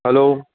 hello